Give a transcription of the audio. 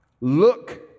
look